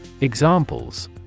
Examples